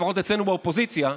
לפחות אצלנו באופוזיציה,